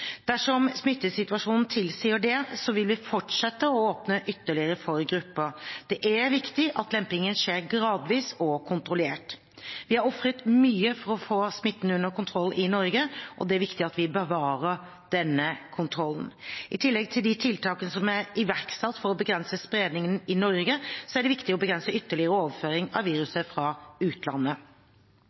Dersom smittesituasjonen tilsier det, vil vi fortsette å åpne for ytterligere grupper. Det er viktig at lempningen skjer gradvis og kontrollert. Vi har ofret mye for å få smitten under kontroll i Norge, og det er viktig at vi bevarer denne kontrollen. I tillegg til de tiltakene som er iverksatt for å begrense spredningen i Norge, er det viktig å begrense ytterligere overføring av viruset fra utlandet.